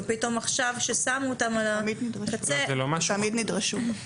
פתאום עכשיו כששמו אותם --- הם תמיד נדרשו.